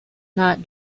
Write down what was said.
not